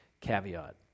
caveat